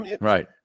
Right